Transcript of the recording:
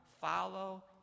follow